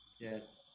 Yes